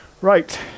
Right